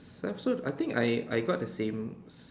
~self so I think I I got the same